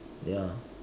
ya